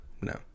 no